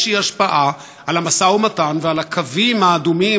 השפעה על המשא-ומתן ועל הקווים האדומים,